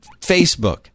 Facebook